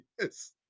Yes